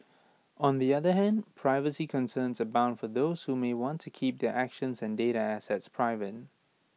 on the other hand privacy concerns abound for those who may want to keep their actions and data assets private